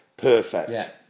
Perfect